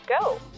go